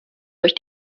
durch